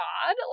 God